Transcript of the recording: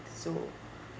so